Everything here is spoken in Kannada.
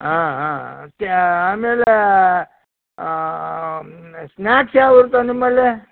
ಹಾಂ ಹಾಂ ತ್ಯಾ ಆಮೇಲೇ ಸ್ನ್ಯಾಕ್ಸ್ ಯಾವ ಇರ್ತವಾ ನಿಮ್ಮಲ್ಲಿ